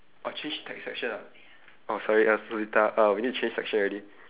oh change text section ah oh sorry uh later ah uh we need to change section already